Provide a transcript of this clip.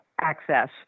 access